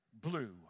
blue